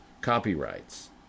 copyrights